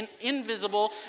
invisible